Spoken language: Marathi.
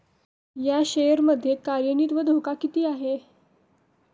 या शेअर मध्ये कार्यान्वित धोका किती आहे?